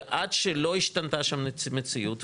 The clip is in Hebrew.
ועד שלא השתנתה שם המציאות,